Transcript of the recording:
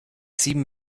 sieben